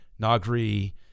nagri